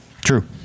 True